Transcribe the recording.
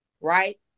right